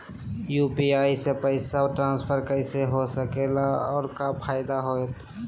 UPI से पैसा transfer कैसे हो सके ला और का फायदा होएत?